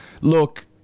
Look